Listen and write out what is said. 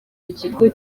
ikigo